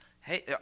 hey